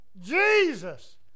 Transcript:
Jesus